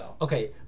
Okay